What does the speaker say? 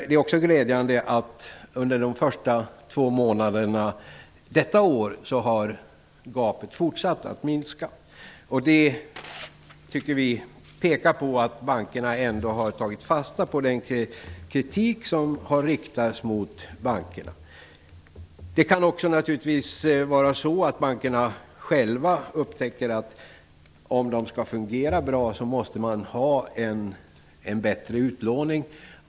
Det är också glädjande att gapet har fortsatt att minska under de två första månaderna av detta år. Det tycker vi pekar på att bankerna ändå har tagit fasta på den kritik som har riktats mot dem. Det kan naturligtvis också vara så att bankerna själva upptäcker att om de skall kunna fungera bra måste de ha en bättre utlåning.